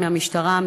מהמשטרה,